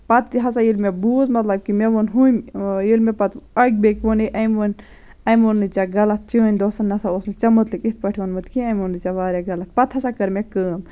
پَتہٕ ہَسا ییٚلہِ مےٚ بوٗز مطلب کہِ مےٚ ووٚن ہُم ییٚلہِ مےٚ پَتہٕ اَکہِ بیٚکہِ ووٚنے أمۍ ووٚن اَمہِ ووٚن نہٕ ژےٚ غلط چٲنۍ ٲس نہٕ ہَسا اوس نہٕ ژےٚ مُتلِق یِتھ پٲٹھۍ ووٚنمُت کِہیٖنۍ أمۍ ووٚن نہٕ ژےٚ واریاہ غلط پَتہٕ ہَسا کٔر مےٚ کٲم